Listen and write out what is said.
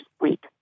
week